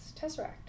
Tesseract